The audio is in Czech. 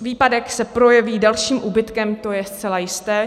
Výpadek se projeví dalším úbytkem, to je zcela jisté.